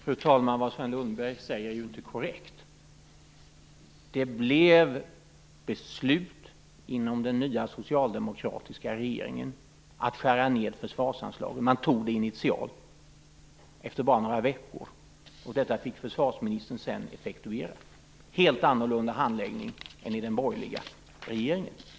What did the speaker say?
Fru talman! Det Sven Lundberg säger är inte korrekt. Det fattades beslut inom den nya socialdemokratiska regeringen att skära ned försvarsanslagen. Man fattade det initialt efter bara några veckor. Detta fick försvarsministern sedan effektuera. Det var en helt annorlunda handläggning än i den borgerliga regeringen.